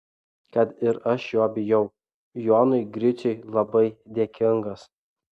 kad ir aš jo bijau jonui griciui labai dėkingas